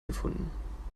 gefunden